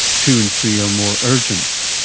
two and three are more urgent.